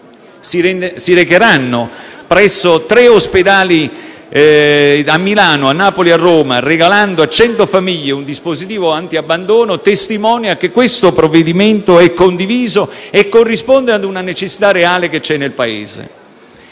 si recheranno presso tre ospedali a Milano, a Napoli e a Roma, regalando a cento famiglie un dispositivo antiabbandono, testimonia che questo provvedimento è condiviso e corrisponde a una necessità reale avvertita nel Paese.